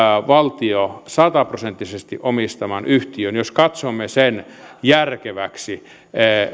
valtion sataprosenttisesti omistaman yhtiön jos katsomme sen järkeväksi